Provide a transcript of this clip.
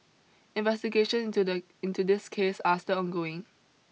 investigations to the into this case are still ongoing